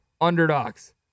underdogs